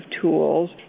tools